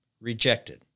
Rejected